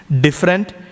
different